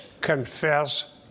Confess